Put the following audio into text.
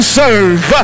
serve